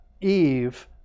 Eve